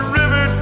river